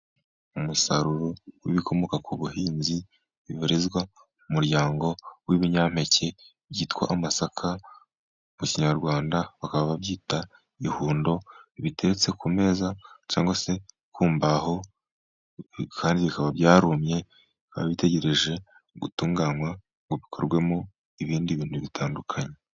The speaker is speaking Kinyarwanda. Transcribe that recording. Umusaruro w'ibikomoka ku buhinzi bibarizwa mu muryango w'ibinyampeke byitwa amasaka, mu kinyarwanda bakaba babyita ihundo, biteretse ku meza cyangwa se ku mbaho, kandi bikaba byarumye, bikaba bitegereje gutunganywa ngo bikorwemo ibindi bintu bitandukanye.